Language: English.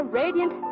radiant